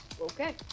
Okay